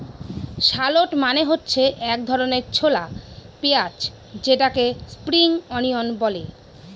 shallot মানে হচ্ছে এক ধরনের ছোলা পেঁয়াজ যেটাকে স্প্রিং অনিয়ন বলে